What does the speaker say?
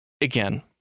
again